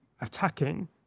attacking